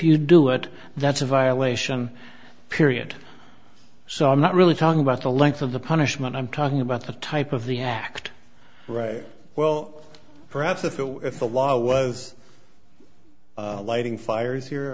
you do it that's a violation period so i'm not really talking about the length of the punishment i'm talking about the type of the act right well perhaps if it were if the law was lighting fires here